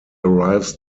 arrives